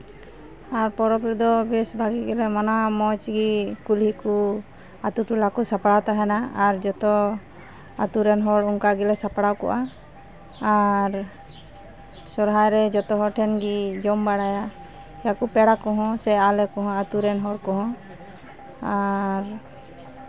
ᱟᱨ ᱯᱚᱨᱚᱵᱽ ᱨᱮᱫᱚ ᱵᱮᱥ ᱵᱷᱟᱹᱜᱤ ᱜᱮᱞᱮ ᱢᱟᱱᱟᱣᱟ ᱢᱚᱡᱽ ᱜᱮ ᱠᱩᱞᱦᱤ ᱠᱚ ᱟᱛᱳ ᱴᱚᱞᱟ ᱠᱚ ᱥᱟᱯᱲᱟᱣ ᱛᱟᱦᱮᱱᱟ ᱟᱨ ᱡᱚᱛᱚ ᱟᱛᱳ ᱨᱮᱱ ᱦᱚᱲ ᱚᱱᱠᱟ ᱜᱮᱞᱮ ᱥᱟᱯᱲᱟᱣ ᱠᱚᱜᱼᱟ ᱟᱨ ᱥᱚᱨᱦᱟᱭ ᱨᱮ ᱡᱚᱛᱚ ᱦᱚᱲ ᱴᱷᱮᱱ ᱜᱮ ᱡᱚᱢ ᱵᱟᱲᱟᱭᱟ ᱡᱟᱦᱟᱸᱭ ᱠᱚ ᱯᱮᱲᱟ ᱠᱚᱦᱚᱸ ᱥᱮ ᱟᱞᱮ ᱠᱚᱦᱚᱸ ᱟᱛᱳ ᱨᱮᱱ ᱦᱚᱲ ᱠᱚᱦᱚᱸ ᱟᱨ